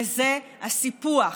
וזה הסיפוח.